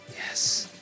Yes